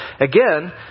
Again